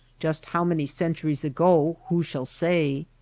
just how many centuries ago who shall say?